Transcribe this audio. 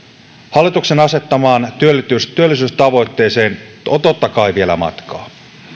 hallituksen asettamaan työllisyystavoitteeseen on totta kai vielä matkaa